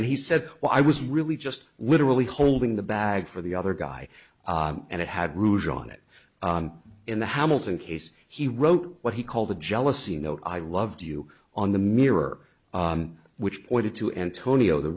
and he said well i was really just literally holding the bag for the other guy and it had rouge on it in the how milton case he wrote what he called the jealous you know i loved you on the mirror which pointed to antonio the